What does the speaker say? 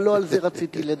אבל לא על זה רציתי לדבר.